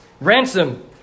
Ransom